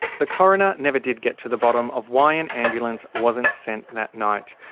the coroner never did get to the bottom of why an ambulance wasn't sent that night.